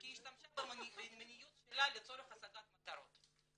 כי היא השתמשה במיניות שלה לצורך השגת מטרות.